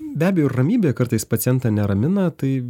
be abejo ir ramybė kartais pacientą neramina tai